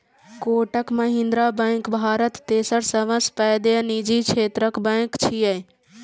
Kotak Mahindra bank Bharat तेसर सबसं पैघ निजी क्षेत्रक बैंक छियै